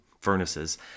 furnaces